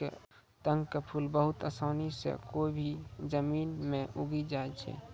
तग्गड़ के फूल बहुत आसानी सॅ कोय भी जमीन मॅ उगी जाय छै